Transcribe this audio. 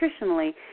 nutritionally